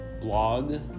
blog